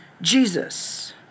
Jesus